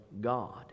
God